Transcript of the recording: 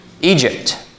Egypt